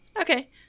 Okay